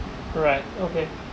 alright okay